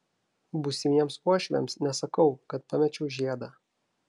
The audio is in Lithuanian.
būsimiems uošviams nesakau kad pamečiau žiedą